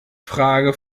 frage